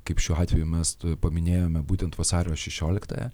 kaip šiuo atveju mes paminėjome būtent vasario šešioliktąją